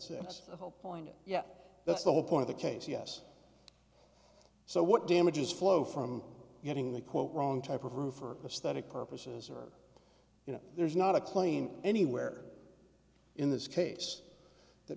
zero point zero yeah that's the whole point of the case yes so what damages flow from getting the quote wrong type of roof or a static purposes or you know there's not a claim anywhere in this case that